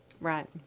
Right